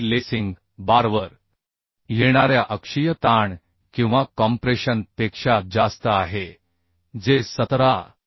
आणि हे लेसिंग बारवर येणाऱ्या अक्षीय स्ट्रेस किंवा कॉम्प्रेशन पेक्षा जास्त आहे जे 17